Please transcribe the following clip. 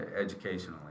educationally